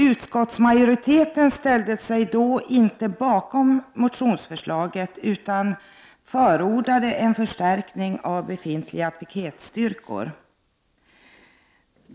Utskottsmajoriteten ställde sig då inte bakom motionsförslaget utan förordade en förstärkning av befintliga piketstyrkor.